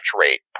rate